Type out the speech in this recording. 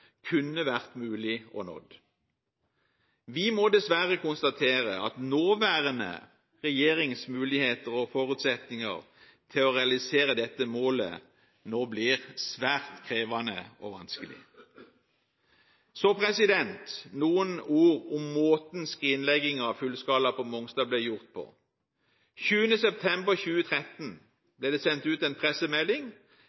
kunne vært mulig å nå. Vi må dessverre konstatere at nåværende regjerings muligheter og forutsetninger for å realisere dette målet nå blir svært krevende og vanskelig. Så noen ord om måten skrinleggingen av fullskala på Mongstad ble gjort på. 20. september 2013